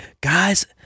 guys